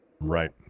Right